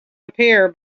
appear